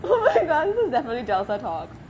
oh my god this is definitely jalsa talk